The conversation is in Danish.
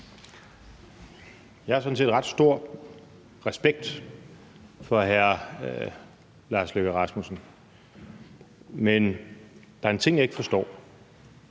Jeg har sådan set ret stor respekt for hr. Lars Løkke Rasmussen, men der er en ting, jeg ikke forstår.